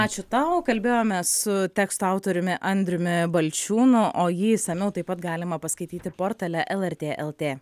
ačiū tau kalbėjomės su teksto autoriumi andriumi balčiūnu o jį išsamiau taip pat galima paskaityti portale lrt lt